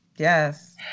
Yes